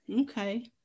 Okay